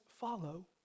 follow